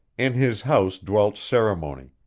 in his house dwelt ceremony,